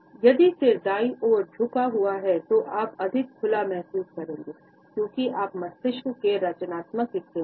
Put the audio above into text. यदि सिर दाईं ओर झुका हुआ है तो आप अधिक खुला महसूस करेंगे क्योंकि आप मस्तिष्क के रचनात्मक हिस्से में हैं